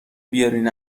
بیارین